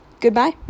goodbye